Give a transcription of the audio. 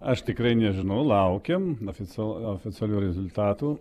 aš tikrai nežinau laukiam oficial oficialių rezultatų